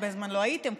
הרבה זמן לא הייתם,